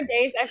days